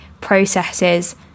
processes